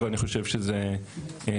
אבל אני חושב שזו שגיאה.